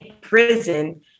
prison